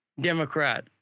Democrat